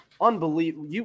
Unbelievable